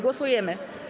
Głosujemy.